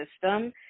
system